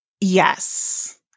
Yes